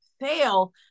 fail